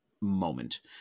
moment